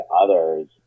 others